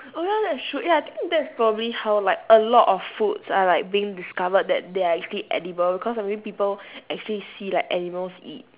oh ya that's true ya I think that's probably how like a lot of food are like being discovered that they are actually edible cause maybe people actually see like animals eat